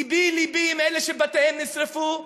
לבי עם אלה שבתיהם נשרפו.